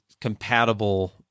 compatible